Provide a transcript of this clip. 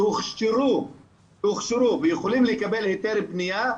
שהוכשרו ויכולים לקבל היתר בנייה,